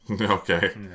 Okay